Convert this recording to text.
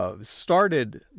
started